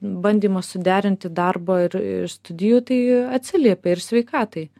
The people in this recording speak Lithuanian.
bandymas suderinti darbą ir ir studijų tai atsiliepia ir sveikatai